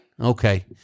Okay